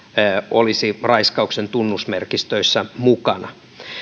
olisi raiskauksen tunnusmerkistöissä mukana